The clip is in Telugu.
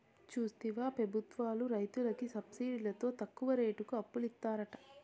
చూస్తివా పెబుత్వాలు రైతులకి సబ్సిడితో తక్కువ రేటుకి అప్పులిత్తారట